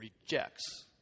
rejects